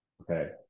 Okay